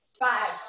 Five